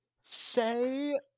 say